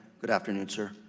good afternoon sir.